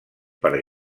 per